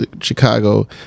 Chicago